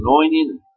anointing